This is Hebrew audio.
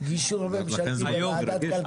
גישור ממשלתי בוועדת כלכלה.